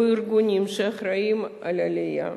או ארגונים שאחראים על העלייה,